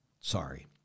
Sorry